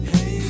Hey